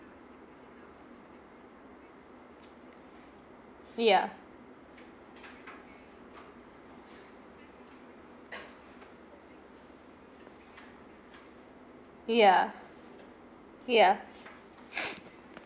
ya ya ya